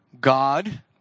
God